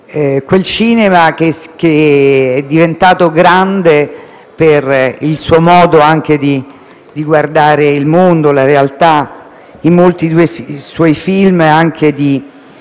Quel cinema che è diventato grande per il suo modo di guardare il mondo, la realtà. In molti suoi film vi è anche un